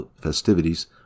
festivities